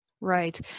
Right